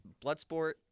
Bloodsport